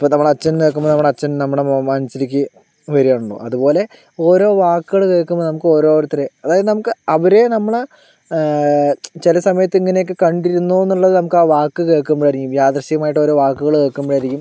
ഇപ്പോൾ നമ്മുടെ അച്ഛൻ എന്ന് കേൾക്കുമ്പോൾ നമ്മുടെ അച്ഛൻ നമ്മുടെ മുഖം മനസിലേയ്ക്ക് വരികയാണല്ലോ അതുപോലെ ഓരോ വാക്കുകള് കേൾക്കുമ്പോൾ നമുക്ക് ഓരോരുത്തരെ അതായത് നമുക്ക് അവരെ നമ്മള് ചില സമയത്ത് ഇങ്ങനെയൊക്കെ കണ്ടിരുന്നുവെന്നുള്ളത് നമുക്ക് ആ വാക്ക് കേൾക്കുമ്പോൾ ആയിരിക്കും യാദൃശ്ചികമായിട്ട് ഓരോ വാക്കുകള് കേൾക്കുമ്പോൾ ആയിരിക്കും